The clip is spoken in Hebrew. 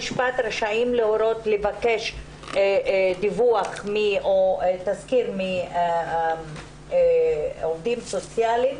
להורות לבקש דיווח או תזכיר מעובדים סוציאליים